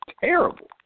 terrible